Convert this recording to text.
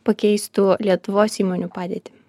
pakeistų lietuvos įmonių padėtį